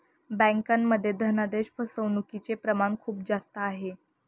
बँकांमध्ये धनादेश फसवणूकचे प्रमाण खूप जास्त आहे